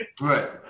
right